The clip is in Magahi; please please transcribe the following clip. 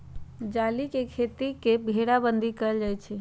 जाली से खेती के घेराबन्दी कएल जाइ छइ